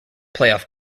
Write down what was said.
playoff